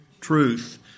truth